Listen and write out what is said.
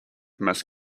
must